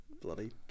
bloody